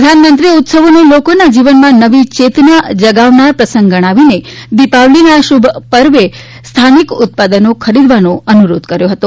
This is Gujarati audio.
પ્રધાનમંત્રીએ ઉત્સવોને લોકોના જીવનમાં નવી ચેતના જગાવનાર પ્રસંગ ગણાવીને દિપાવલીના આ શુભ પર્વે સ્થાનિક ઉત્પાદનો ખરીદવાનો અનુરોધ કર્યો હતો